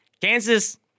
Kansas